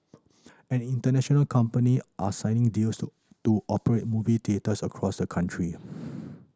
and international company are signing deals to to operate movie theatres across the country